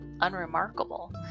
unremarkable